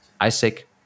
Isaac